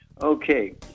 Okay